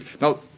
Now